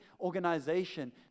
organization